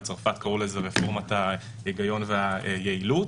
בצרפת קראו לזה "רפורמת ההיגיון והיעילות",